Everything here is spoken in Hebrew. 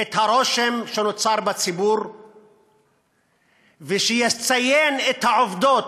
את הרושם שנוצר בציבור ושיציין את העובדות,